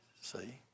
see